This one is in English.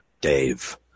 Dave